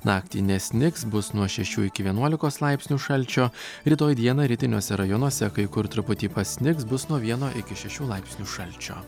naktį nesnigs bus nuo šešių iki vienuolikos laipsnių šalčio rytoj dieną rytiniuose rajonuose kai kur truputį pasnigs bus nuo vieno iki šešių laipsnių šalčio